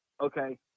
Okay